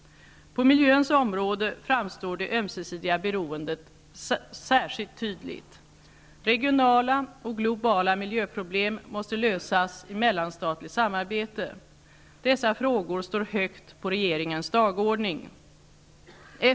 På miljöns område framstår det ömsesidiga behovet särskilt tydligt. Regionala och globala miljöproblem måste lösas i mellanstatligt samarbete. Dessa frågor står högt på regeringens dagordning.